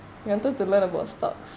you wanted to learn about stocks